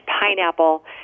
pineapple